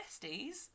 besties